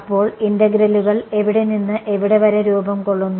അപ്പോൾ ഇന്റഗ്രലുകൾ എവിടെനിന്ന് എവിടെ വരെ രൂപം കൊള്ളുന്നു